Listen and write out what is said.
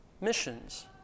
missions